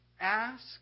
Ask